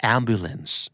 Ambulance